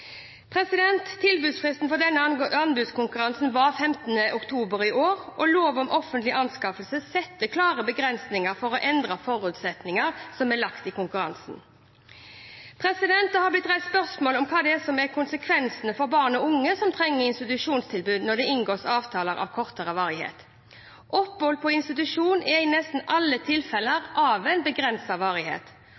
Tilbudsfristen for denne anbudskonkurransen var 15. oktober i år, og lov om offentlige anskaffelser setter klare begrensninger for å endre forutsetninger som er lagt i konkurransen. Det har blitt reist spørsmål om hva som er konsekvensene for barn og unge som trenger institusjonstilbud, når det inngås avtaler av kortere varighet. Opphold på institusjon er i nesten alle tilfeller